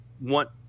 want